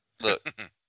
Look